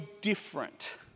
different